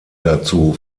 dazu